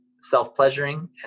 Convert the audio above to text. self-pleasuring